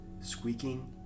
squeaking